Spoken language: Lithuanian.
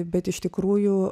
bet iš tikrųjų